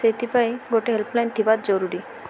ସେଥିପାଇଁ ଗୋଟେ ହେଲ୍ପଲାଇନ୍ ଥିବା ଜରୁରୀ